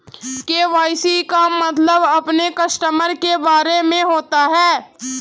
KYC का मतलब अपने कस्टमर के बारे में होता है